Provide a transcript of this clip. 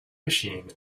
machine